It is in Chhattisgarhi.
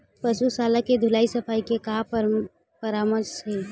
पशु शाला के धुलाई सफाई के का परामर्श हे?